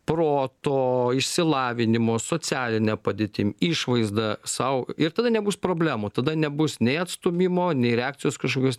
proto išsilavinimo socialine padėtim išvaizda sau ir tada nebus problemų tada nebus nei atstūmimo nei reakcijos kažkokios